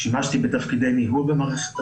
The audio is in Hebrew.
שימשתי בתפקידי ניהול במערכת הבריאות,